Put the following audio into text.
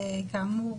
כאמור,